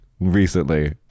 Recently